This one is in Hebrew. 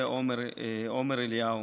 ועומר אליהו.